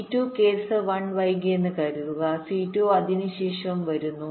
C2 case 1 വൈകിയെന്ന് കരുതുക C2 അതിനുശേഷം വരുന്നു